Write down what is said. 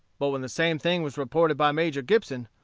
but when the same thing was reported by major gibson,